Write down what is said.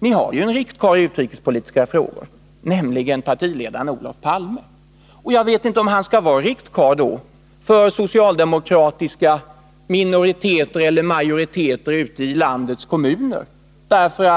Ni har ju för övrigt redan en sådan i utrikespolitiska frågor, nämligen partiledaren Olof Palme. Han bör väl då också vara riktkarl för socialdemokratiska minoriteter eller majoriteterute ilandets kommuner.